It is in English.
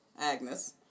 Agnes